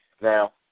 Now